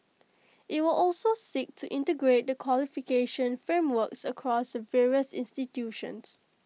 IT will also seek to integrate the qualification frameworks across the various institutions